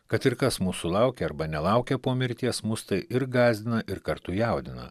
kad ir kas mūsų laukia arba nelaukia po mirties mus tai ir gąsdina ir kartu jaudina